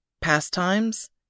Pastimes